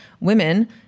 women